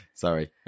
Sorry